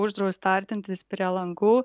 uždrausta artintis prie langų